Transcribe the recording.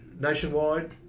nationwide